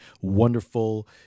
wonderful